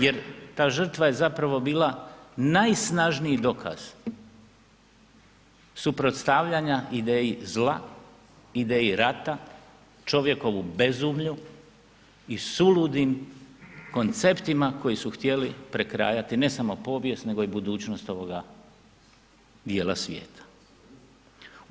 Jer ta žrtva je zapravo bila najsnažniji dokaz suprotstavljanja ideji zla, ideji rata, čovjekovu bezumlju i suludim konceptima koji su htjeli prekrajati ne samo povijest nego i budućnost ovoga dijela svijeta.